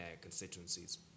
constituencies